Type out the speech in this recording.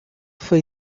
foi